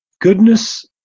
goodness